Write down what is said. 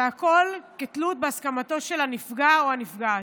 והכול כתלות בהסכמתו של הנפגע או הנפגעת.